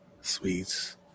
Sweets